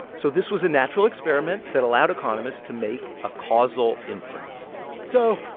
so this was a natural experiment that allowed economists to make a causal inference so,